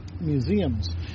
Museums